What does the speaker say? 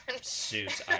suits